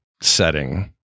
setting